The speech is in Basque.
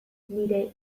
nire